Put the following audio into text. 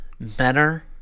better